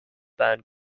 band